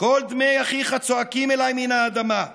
"קול דמי אחיך צעקים אלי מן האדמה".